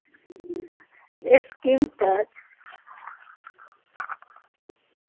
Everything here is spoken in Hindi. एक स्किन टच